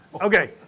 Okay